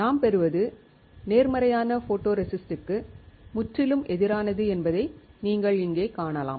நாம் பெறுவது நேர்மறையான போட்டோரெசிஸ்ட்டுக்கு முற்றிலும் எதிரானது என்பதை நீங்கள் இங்கே காணலாம்